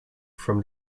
from